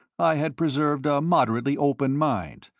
i had preserved a moderately open mind,